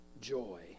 joy